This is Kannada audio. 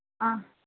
ಆಂ